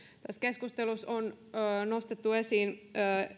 tässä keskustelussa on nostettu esiin